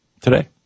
today